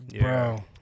bro